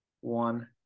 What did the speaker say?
one